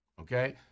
Okay